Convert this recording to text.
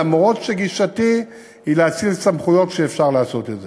למרות שגישתי היא להאציל סמכויות כשאפשר לעשות את זה.